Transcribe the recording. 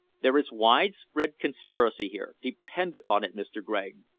there is widespread conspiracy here, depend upon it, mr. gregg.